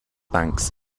banks